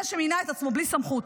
זה שמינה את עצמו בלי סמכות,